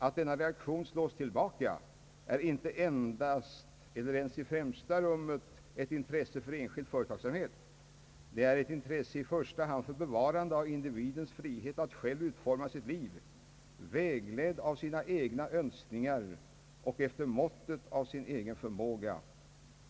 Att denna reaktion slås tillbaka är inte endast eller ens i främsta rummet ett intresse för enskild företagsamhet. Det är ett intresse i första hand för bevarandet av individens frihet att själv utforma sitt liv, vägledd av sina egna önskningar och efter måttet av sin egen förmåga.